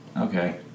Okay